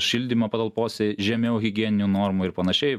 šildymą patalpose žemiau higieninių normų ir panašiai